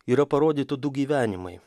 yra parodytų du gyvenimai